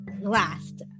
last